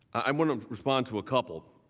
i want to respond to a couple.